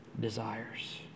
desires